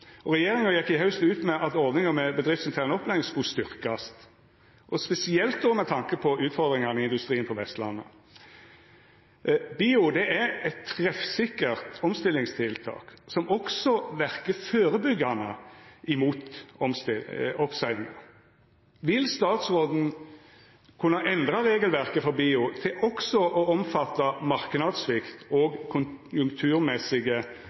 Og regjeringa gjekk i haust ut med at ordninga med bedriftsintern opplæring skulle styrkjast, og då spesielt med tanke på utfordringane i industrien på Vestlandet. BIO er eit treffsikkert omstillingstiltak, som også verkar førebyggjande mot oppseiingar. Vil statsråden kunna endra regelverket for BIO til også å omfatta marknadssvikt og